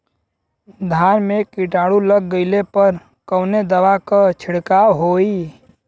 धान में कीटाणु लग गईले पर कवने दवा क छिड़काव होई?